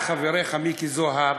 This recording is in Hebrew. שלשום בוועדת הכספים ירדת על חברך מיקי זוהר